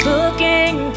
Looking